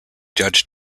judge